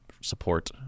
support